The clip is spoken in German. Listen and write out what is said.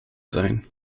sein